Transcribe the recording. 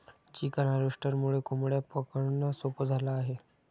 chicken हार्वेस्टरमुळे कोंबड्या पकडणं सोपं झालं आहे